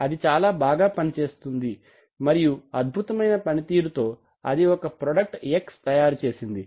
అది చాలా బాగా పనిచేస్తుంది మరియు అద్భుతమైన పనితీరుతో అది ఒక ప్రోడక్ట్ X తయారుచేసింది